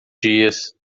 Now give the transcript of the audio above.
dias